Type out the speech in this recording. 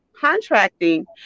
contracting